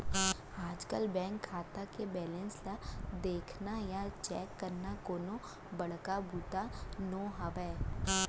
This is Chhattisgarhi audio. आजकल बेंक खाता के बेलेंस ल देखना या चेक करना कोनो बड़का बूता नो हैय